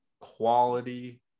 quality